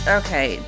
okay